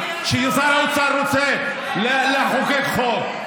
ששר האוצר רוצה לחוקק חוק,